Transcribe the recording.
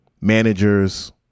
managers